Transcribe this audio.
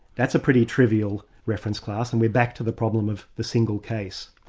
that's a pretty trivial reference class, and we're back to the problem of the single case.